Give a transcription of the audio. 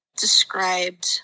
described